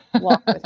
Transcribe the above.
walk